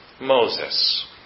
Moses